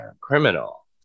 criminal